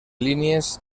línies